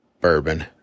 bourbon